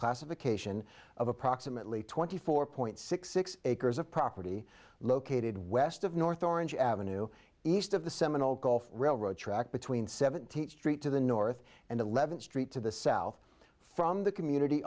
classification of approximately twenty four point six six acres of property located west of north orange ave east of the seminole golf railroad track between seventy eight st to the north and eleventh street to the south from the community